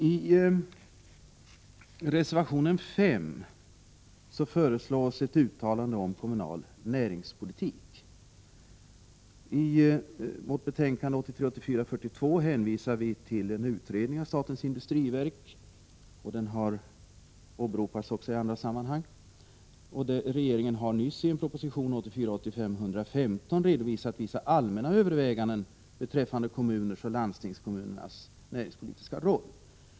I reservation 5 föreslås ett uttalande om kommunal näringspolitik. I betänkande 1983 85:115 redovisat vissa allmänna överväganden beträffande kommunernas och landstingskommunernas näringspolitiska roll.